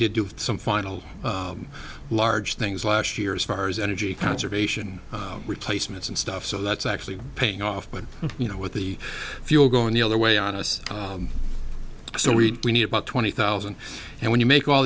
did do some final large things last year as far as energy conservation replacements and stuff so that's actually paying off when you know with the fuel going the other way on us so we need about twenty thousand and when you make all